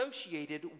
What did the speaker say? associated